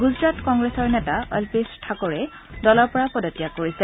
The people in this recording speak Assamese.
গুজৰাট কংগ্ৰেছৰ নেতা অলপেশ ঠাকৰে দলৰ পৰা পদত্যাগ কৰিছে